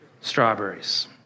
strawberries